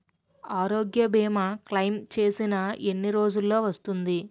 ఆరోగ్య భీమా క్లైమ్ చేసిన ఎన్ని రోజ్జులో వస్తుంది?